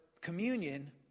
communion